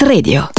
Radio